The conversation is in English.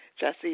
Jesse